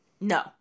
No